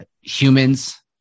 humans